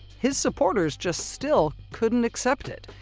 his supporters just still couldn't accept it.